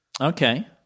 Okay